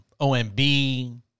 OMB